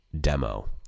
demo